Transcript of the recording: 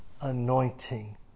anointing